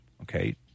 okay